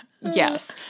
yes